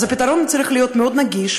אז הפתרון צריך להיות מאוד נגיש,